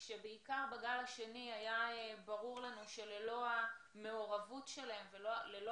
כשבעיקר בגל השני היה ברור לנו שללא המעורבות שלהם וללא